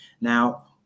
Now